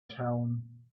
town